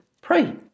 Pray